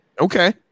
Okay